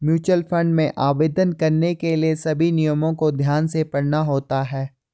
mutual fund में आवेदन करने के लिए सभी नियमों को ध्यान से पढ़ना होता है